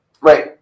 Right